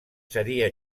seria